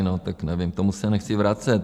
No tak nevím, k tomu se nechci vracet.